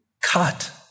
cut